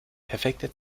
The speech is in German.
perfekte